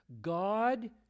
God